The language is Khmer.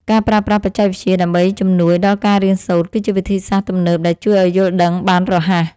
ការប្រើប្រាស់បច្ចេកវិទ្យាដើម្បីជំនួយដល់ការរៀនសូត្រគឺជាវិធីសាស្ត្រទំនើបដែលជួយឱ្យយល់ដឹងបានរហ័ស។